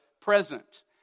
present